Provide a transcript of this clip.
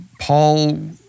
Paul